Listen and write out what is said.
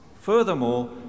Furthermore